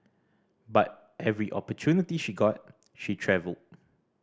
but every opportunity she got she travelled